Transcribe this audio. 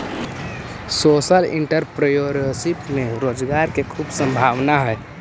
social entrepreneurship में रोजगार के खूब संभावना हई